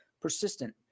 persistent